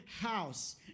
house